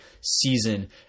season